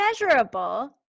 measurable